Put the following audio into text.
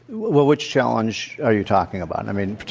which challenge are you talking about, i mean,